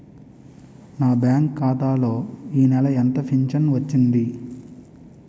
నా బ్యాంక్ ఖాతా లో ఈ నెల ఎంత ఫించను వచ్చింది?